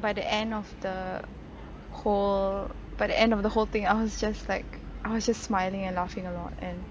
by the end of the whole by the end of the whole thing I was just like I was just smiling and laughing a lot and